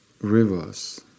rivers